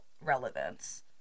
relevance